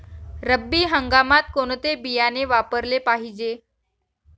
रब्बी हंगामात कोणते बियाणे वापरले पाहिजे?